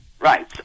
Right